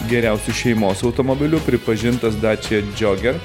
geriausiu šeimos automobiliu pripažintas dačia džioger